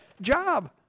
job